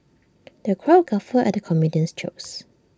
the crowd guffawed at the comedian's jokes